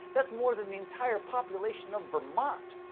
that's more than the entire population of vermont.